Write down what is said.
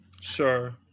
sure